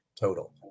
total